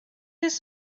his